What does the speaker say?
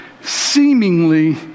seemingly